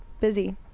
busy